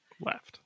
Left